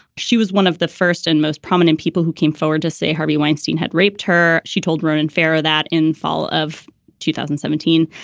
she was one of the first and most prominent people who came forward to say harvey weinstein had raped her. she told ronan farrow that in fall of two thousand and seventeen.